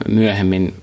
myöhemmin